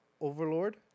Overlord